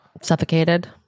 Suffocated